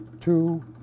two